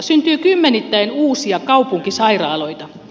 syntyy kymmenittäin uusia kaupunkisairaaloita